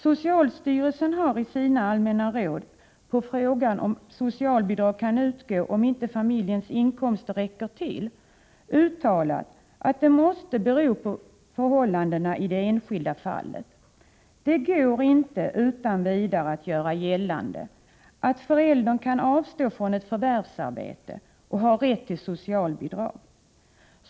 Socialstyrelsen har i sina allmänna råd på frågan om socialbidrag kan utgå om inte familjens inkomster räcker till uttalat att detta måste avgöras med hänsyn till förhållandena i de enskilda fallen. Det går inte att utan vidare göra gällande att en förälder kan avstå från förvärvsarbete och då få rätt till socialbidrag.